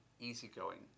easygoing